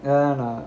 வேணா:vena